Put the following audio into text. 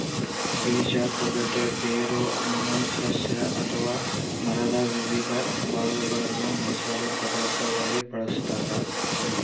ಬೀಜ ತೊಗಟೆ ಬೇರು ಹಣ್ಣು ಸಸ್ಯ ಅಥವಾ ಮರದ ವಿವಿಧ ಭಾಗಗಳನ್ನು ಮಸಾಲೆ ಪದಾರ್ಥವಾಗಿ ಬಳಸತಾರ